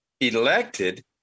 elected